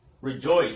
Rejoice